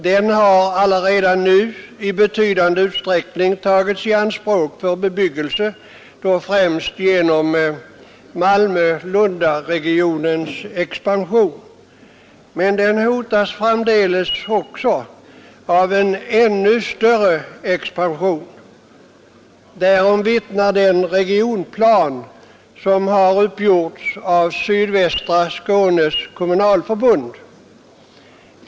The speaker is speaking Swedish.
Den har allaredan nu i betydande utsträckning tagits i anspråk för bebyggelse, då främst genom Malmö—Lund-regionens expansion, men den hotas framdeles av en ännu större expansion. Därom vittnar den regionplan som har uppgjorts av Sydvästra Skånes kommunalförbund.